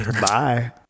Bye